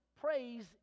praise